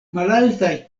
malaltaj